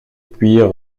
puis